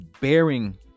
bearing